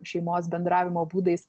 šeimos bendravimo būdais